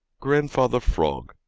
grandfather frog,